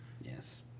Yes